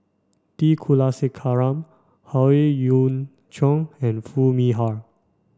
T Kulasekaram Howe Yoon Chong and Foo Mee Har